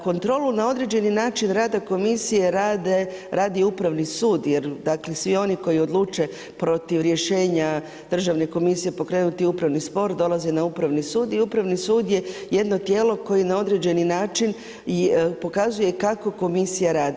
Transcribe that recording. Kontrolu na određeni način rada komisije radi Upravni sud jer dakle svi oni koji odluče protiv rješenja državne komisije pokrenuti upravni spor dolaze na Upravni sud i Upravni sud je jedno tijelo koje na određeni način pokazuje i kako komisija radi.